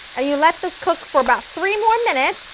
ah you let this cook for about three more minutes,